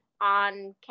on